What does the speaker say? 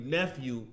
nephew